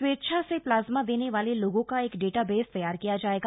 स्वेच्छा से प्लाज्मा देने वाले लोगों का एक डाटा बेस तैयार किया जायेगा